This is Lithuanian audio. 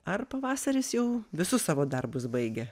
ar pavasaris jau visus savo darbus baigia